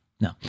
No